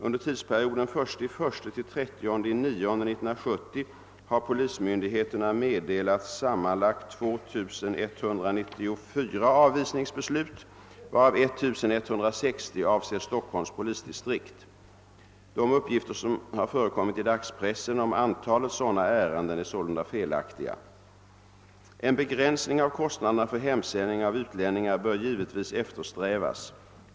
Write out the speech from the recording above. Under tidsperioden 1 januari-—30 september 1970 har polismyndigheterna meddelat sammanlagt 2194 avvisningsbeslut, varav 1160 avser Stockholms polisdistrikt. De uppgifter som har förekommit i dagspressen om antalet sådana ärenden är sålunda felaktiga. En begränsning av kostnaderna för hemsändning av utlänningar bör givetvis eftersträvas.